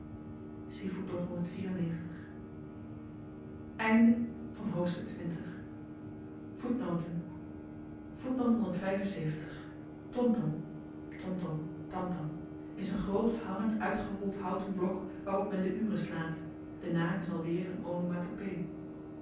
hoofdstuk pondom tom tom is n groot hangend uitgehold houten blok waarop men de uren slaat de naam is alweer n